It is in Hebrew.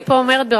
אני מאוד